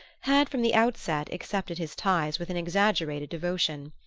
had from the outset accepted his ties with an exaggerated devotion.